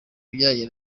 bijyanye